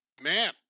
man